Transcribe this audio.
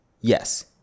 Yes